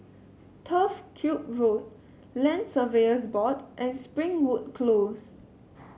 Turf Ciub Road Land Surveyors Board and Springwood Close